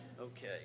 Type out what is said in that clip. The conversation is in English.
Okay